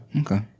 Okay